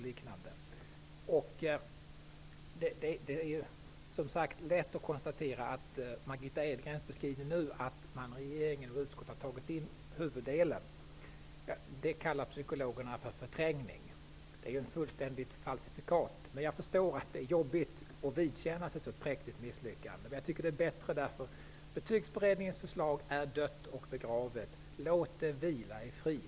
Det är lätt att konstatera att psykologerna skulle kalla Margitta Edgrens beskrivning av hur regeringen och utskottet har antagit huvuddelen av förslaget för förträngning. Den är ett fullständigt falsifikat. Jag förstår att det är jobbigt att vidkännas ett så präktigt misslyckande. Betygsberedningens förslag är dött och begravet. Låt det vila i frid!